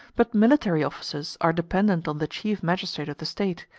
but military officers are dependent on the chief magistrate of the state,